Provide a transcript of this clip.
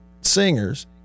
singers